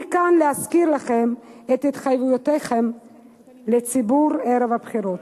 אני כאן להזכיר לכם את התחייבויותיכם לציבור ערב הבחירות.